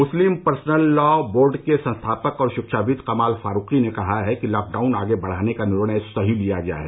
मुस्लिम personal law board के संस्थापक और शिक्षाविद् कमाल फारूकी ने कहा है कि लॉकडाउन आगे बढ़ाने का निर्णय सही लिया गया है